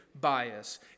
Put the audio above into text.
bias